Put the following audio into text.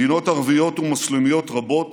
מדינות ערביות ומוסלמיות רבות